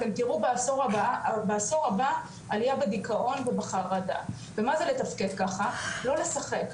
אתם תראו בעשור הבא עלייה בדיכאון ובחרדה ומה זה לתפקד ככה: לא לשחק,